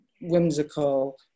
whimsical